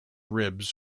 ribs